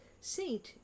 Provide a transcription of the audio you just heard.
Saint